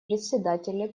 председателя